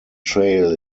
trail